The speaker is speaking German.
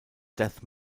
death